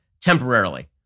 temporarily